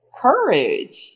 courage